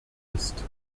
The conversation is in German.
ist